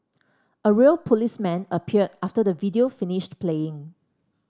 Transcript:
a real policeman appeared after the video finished playing